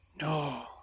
No